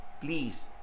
please